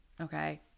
Okay